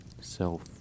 Self